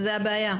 זאת הבעיה.